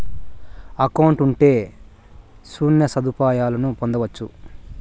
account ఉంటే శ్యాన సదుపాయాలను పొందొచ్చు